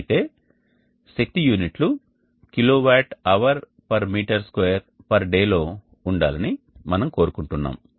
అయితే శక్తి యూనిట్లు kWhm2day లో ఉండాలని మనం కోరుకుంటున్నాము